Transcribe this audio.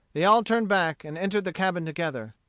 they all turned back and entered the cabin together.